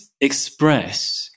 express